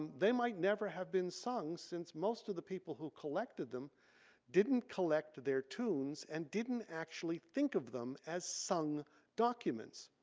they might never have been sung since most of the people who collected them didn't collect their tunes and didn't actually think of them as sung documents.